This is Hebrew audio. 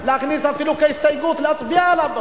להכניס אפילו כהסתייגות, להצביע עליו.